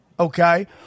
Okay